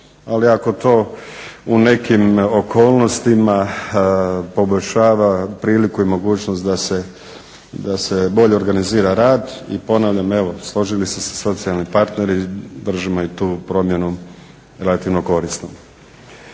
ali ako to u nekim okolnostima poboljšava priliku i mogućnost da se bolje organizira rad i ponavljam evo, složili su se socijalni partneri, držimo i tu promjenu relativno korisnom.